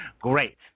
Great